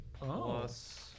plus